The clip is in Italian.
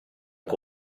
che